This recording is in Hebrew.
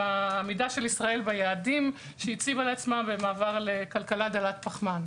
העמידה של ישראל ביעדים שהציבה לעצמה במעבר לכלכלה דלת פחמן.